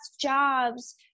jobs